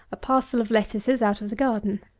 a parcel of lettuces out of the garden.